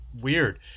weird